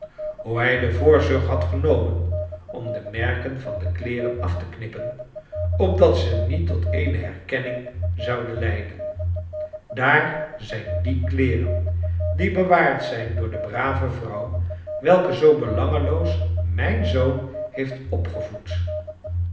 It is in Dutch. hoe hij de voorzorg had genomen om de merken van de kleeren af te knippen opdat ze niet tot eene herkenning zouden leiden daar zijn die kleeren die bewaard zijn door de brave vrouw welke zoo belangeloos mijn zoon heeft opgevoed